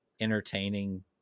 entertaining